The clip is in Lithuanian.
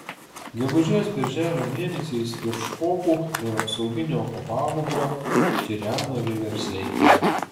gegužės birželio mėnesiais virš kopų ir apsauginio kopagūbrio čirena vieversiai